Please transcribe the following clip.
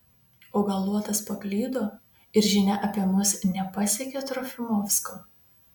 o gal luotas paklydo ir žinia apie mus nepasiekė trofimovsko